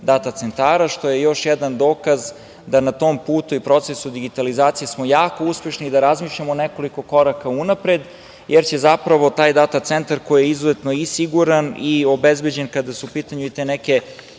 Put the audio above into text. data centara, što je još jedan dokaz da na tom putu i procesu digitalizacije smo jako uspešni i da razmišljamo nekoliko koraka unapred, jer zapravo taj data centar, koji je izuzetno i siguran i obezbeđen kada su u pitanju i te neke